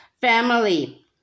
family